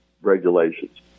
regulations